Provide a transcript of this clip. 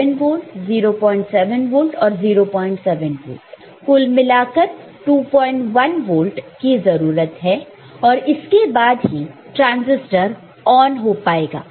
07 volt 07 volt और 07 volt तो कुल मिलाकर 21 वोल्ट की जरूरत है और इसके बाद ही ट्रांजिस्टर ऑन हो पाएगा